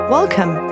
Welcome